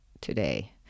Today